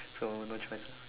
so no choice lah